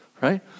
right